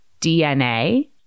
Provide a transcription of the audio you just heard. DNA